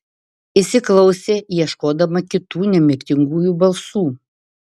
įsiklausė ieškodama kitų nemirtingųjų balsų